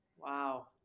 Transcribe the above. Wow